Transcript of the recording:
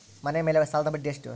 ಮನೆ ಮೇಲೆ ಸಾಲದ ಬಡ್ಡಿ ಎಷ್ಟು?